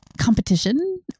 competition